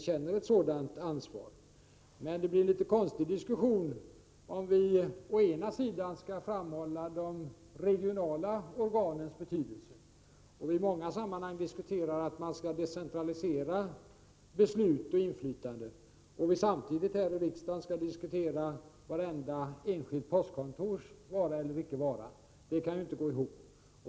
Men diskussionen blir konstig, om vi å ena sidan framhåller de regionala organens betydelse och i många sammanhang diskuterar att decentralisera beslut och inflytande och å andra sidan här i riksdagen skall diskutera varje enskilt postkontors vara eller icke vara. Det går inte ihop.